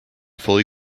fully